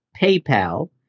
PayPal